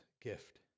gift